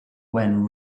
when